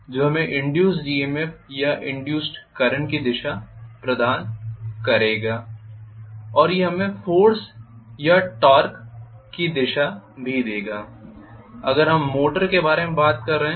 जो हमें induced EMF या इंड्यूस्ड करंट की दिशा प्रदान करेगा और यह हमें फोर्स या टॉर्क की दिशा भी देगा अगर हम मोटर के बारे में बात कर रहे हैं